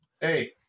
Hey